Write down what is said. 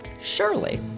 Surely